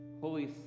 Holy